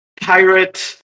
pirate